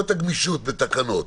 את הגמישות בתקנות.